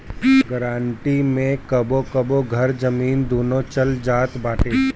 guarantee मे कबो कबो घर, जमीन, दूनो चल जात बाटे